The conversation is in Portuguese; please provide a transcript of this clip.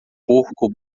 porco